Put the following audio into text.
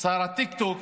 שר הטיקטוק,